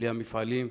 בלי המפעלים,